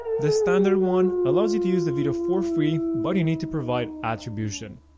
the standard one allows you to use the video for free, but you need to provide attribution.